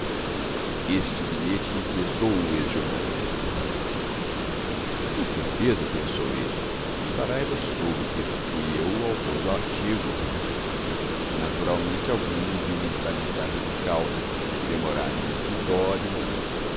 este bilhete inquietou o ex jornalista com certeza pensou ele o saraiva soube que fui eu o autor do artigo naturalmente alguém me viu entrar em casa do caldas demorar-me no escritório